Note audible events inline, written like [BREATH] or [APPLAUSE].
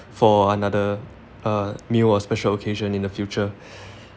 for another uh meal or special occasion in the future [BREATH]